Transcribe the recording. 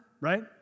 right